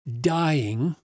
dying